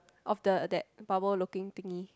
of the that bubble looking thingy